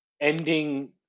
ending